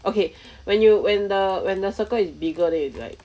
okay when you when the when the circle is bigger than you like